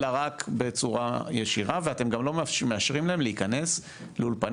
אלא רק בצורה ישירה ואתם גם לא מאשרים להם להיכנס לאולפנים,